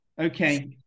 Okay